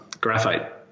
Graphite